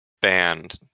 band